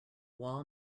wall